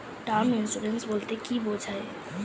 Term insurance বলতে কী বোঝায়?